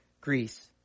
Greece